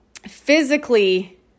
physically